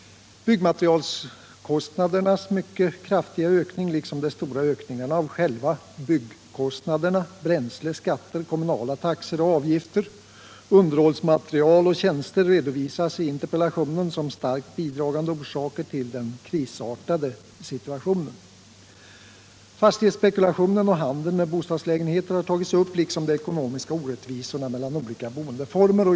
Byggmaterialkostnadernas mycket kraftiga ökning liksom de stora ökningarna av själva byggkostnaderna, bränsle, skatter, kommunala taxor och avgifter, underhållsmateriel och tjänster redovisas i interpellationen som starkt bidragande orsaker till den krisartade situationen. Fastighetsspekulationen och handeln med bostadslägenheter har tagits upp liksom de ekonomiska orättvisorna mellan olika boendeformer.